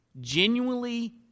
genuinely